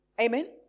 Amen